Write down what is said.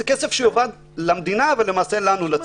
זה כסף שיאבד למדינה ולמעשה לנו, לציבור.